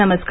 नमस्कार